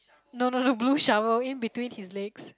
no no no blue shovel in between his legs